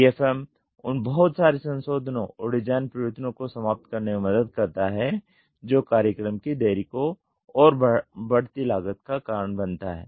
DFM उन बहुत सारे संशोधनो और डिजाइन परिवर्तनों को समाप्त करने में मदद करता है जो कार्यक्रम की देरी और बढ़ती लागत का कारण बनता है